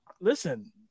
listen